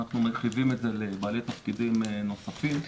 אנחנו מרחיבים את זה לבעלי תפקידים נוספים.